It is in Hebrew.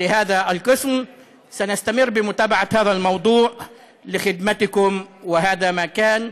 החוק הזה הוא החוק הרביעי בסדרת חוקים שהנחתי בנושא זה,